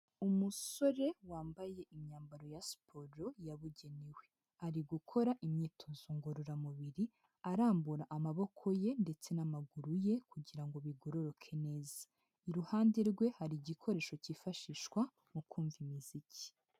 Umusore wambaye imyambaro ya siporo yabugenewe, ari gukora imyitozo ngororamubiri arambura amaboko ye ndetse n'amaguru ye kugira ngo bigororoke neza, iruhande rwe hari igikoresho cyifashishwa mu kumva imiziki.